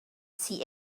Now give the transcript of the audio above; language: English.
see